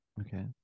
okay